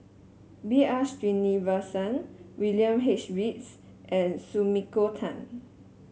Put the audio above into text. B R Sreenivasan William H Reads and Sumiko Tan